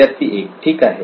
विद्यार्थी 1 ठीक आहे